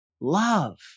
love